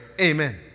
Amen